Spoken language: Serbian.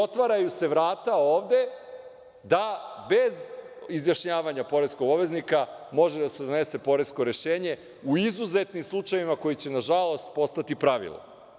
Otvaraju se vrata ovde da bez izjašnjavanja poreskog obveznika može da se donese poresko rešenje u izuzetnim slučajevima koji će na žalost postati pravilo.